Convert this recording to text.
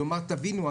כלומר תבינו,